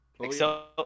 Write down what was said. Excel